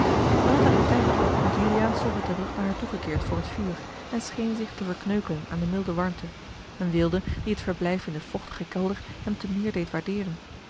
zij had er den tijd toe want juliaan stond met den rug naar haar toe gekeerd voor het vuur en scheen zich te verkneukelen aan de milde warmte eene weelde die het verblijf in den vochtigen kelder hem te meer deed waardeeren